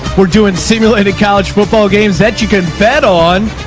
we're doing simulated college football games that you can bet on.